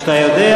כפי שאתה יודע,